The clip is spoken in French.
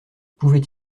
pouvait